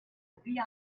vip